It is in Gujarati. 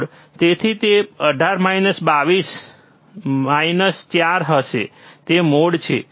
મોડ તેથી તે 18 માઇનસ 22 માઇનસ 4 હશે તે મોડ છે